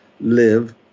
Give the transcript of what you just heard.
live